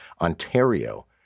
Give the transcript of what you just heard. Ontario